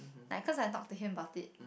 like cause I talk to him about it